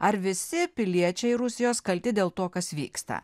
ar visi piliečiai rusijos kalti dėl to kas vyksta